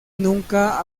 nunca